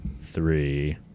three